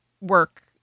work